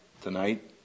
tonight